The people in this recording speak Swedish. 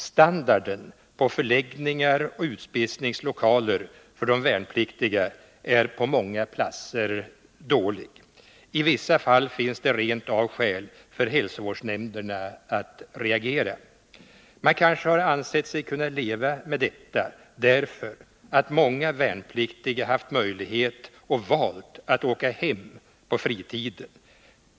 Standarden på förläggningar och utspisningslokaler för de värnpliktiga är på många platser dålig. I vissa fall finns det rent av skäl för hälsovårdsnämnderna att reagera. Man kanske har ansett sig kunna leva med detta därför att många värnpliktiga haft möjlighet och har valt att åka hem på fritiden.